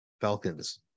Falcons